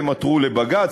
הן עתרו לבג"ץ,